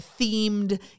themed